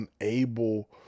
unable